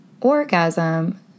orgasm